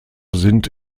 sind